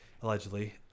Allegedly